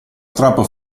strappo